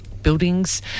Buildings